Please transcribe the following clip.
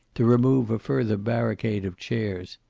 to remove a further barricade of chairs.